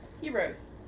Heroes